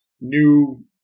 new